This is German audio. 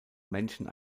männchen